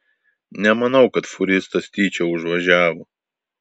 nemanau kad fūristas tyčia užvažiavo